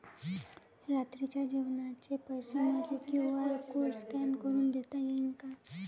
रात्रीच्या जेवणाचे पैसे मले क्यू.आर कोड स्कॅन करून देता येईन का?